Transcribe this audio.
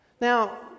Now